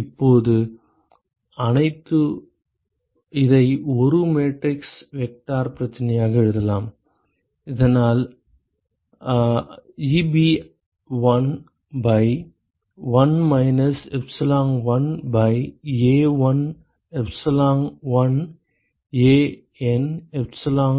இப்போது இதை ஒரு மேட்ரிக்ஸ் வெக்டார் பிரச்சனையாக எழுதலாம் அதனால் Eb1 by 1 minus epsilon1 by A1 epsilon1 AN epsilon